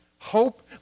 Hope